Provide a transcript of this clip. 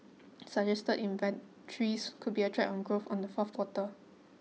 suggest inventories could be a drag on growth on the fourth quarter